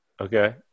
Okay